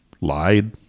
lied